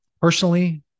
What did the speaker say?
Personally